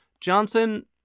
Johnson